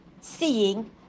seeing